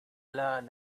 learn